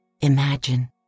Imagine